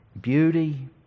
beauty